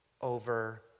over